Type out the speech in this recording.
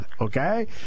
okay